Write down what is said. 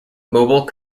mobile